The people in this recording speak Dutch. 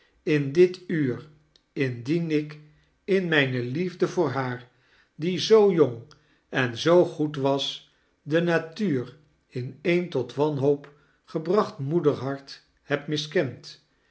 in dit uur indien ik in mijne liefde voor haar die zoo jong en zoo goed was de natuur in een tot wanhoop gebracht moederhart heb miskend